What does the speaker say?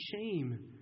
shame